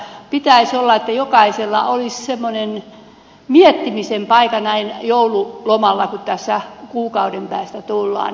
pitäisi olla että jokaisella olisi semmoinen miettimisen paikka joululomalla kun tässä kuukauden päästä siihen tullaan